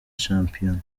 shampiyona